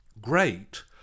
great